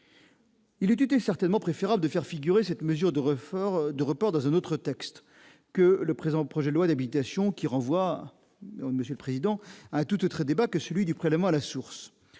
Il eût certainement été préférable de faire figurer cette mesure de report dans un autre texte que le présent projet de loi d'habilitation, qui renvoie à un tout autre débat que celui du prélèvement à la source.